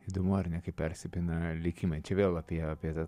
įdomu ar ne kaip persipina likimai čia vėl apie apie tą